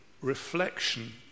reflection